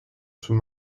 sous